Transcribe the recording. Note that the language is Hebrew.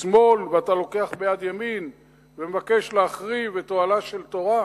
שמאל ואתה לוקח ביד ימין ומבקש להחריב את אוהלה של תורה?